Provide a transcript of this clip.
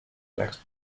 next